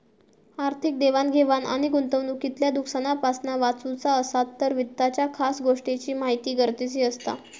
आर्थिक देवाण घेवाण आणि गुंतवणूकीतल्या नुकसानापासना वाचुचा असात तर वित्ताच्या खास गोष्टींची महिती गरजेची असता